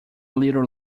little